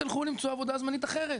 תלכו למצוא עבודה זמנית אחרת'.